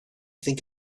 think